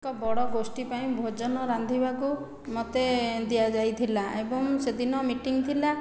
ଏକ ବଡ଼ ଗୋଷ୍ଠି ପାଇଁ ଭୋଜନ ରାନ୍ଧିବାକୁ ମୋତେ ଦିଆଯାଇଥିଲା ଏବଂ ସେଦିନ ମିଟିଙ୍ଗ ଥିଲା